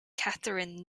catherine